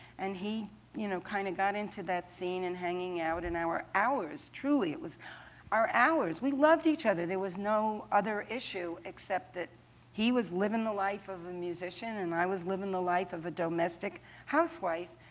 and he you know kind of got into that scene and hanging out. and our hours truly, it was our hours. we loved each other. there was no other issue, except that he was living the life of a musician and i was living the life of a domestic housewife.